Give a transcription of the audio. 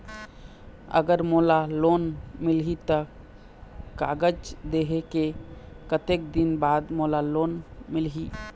अगर मोला लोन मिलही त कागज देहे के कतेक दिन बाद मोला लोन मिलही?